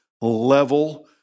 level